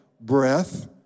breath